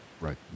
Right